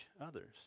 others